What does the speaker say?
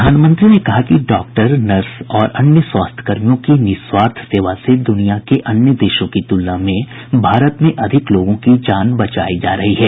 प्रधानमंत्री ने कहा डॉक्टर नर्स और अन्य स्वास्थ्यकर्मियों की निस्वार्थ सेवा से दुनिया के अन्य देशों की तुलना में भारत में ज्यादा लोगों की जान बचाई जा रही है